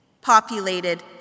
populated